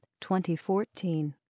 2014